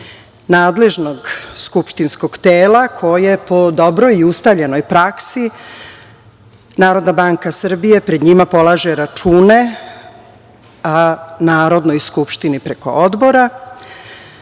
nadležnog skupštinskog tela, koji po dobroj i ustaljenoj praksi NBS pred njima polaže račune, a Narodnoj skupštini preko Odbora,